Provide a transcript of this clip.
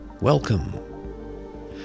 Welcome